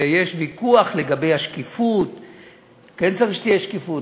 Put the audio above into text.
ויש ויכוח לגבי השקיפות; כן צריך שתהיה שקיפות,